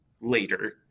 later